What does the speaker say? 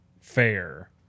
fair